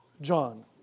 John